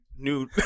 new